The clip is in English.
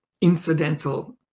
incidental